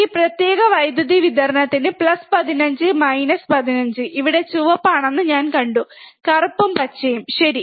ഈ പ്രത്യേക വൈദ്യുതി വിതരണത്തിന് പ്ലസ് 15 മൈനസ് 15 ഇവിടെ ചുവപ്പാണെന്ന് ഞാൻ കണ്ടു കറുപ്പും പച്ചയും ശരി